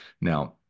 Now